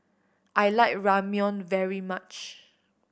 I like Ramyeon very much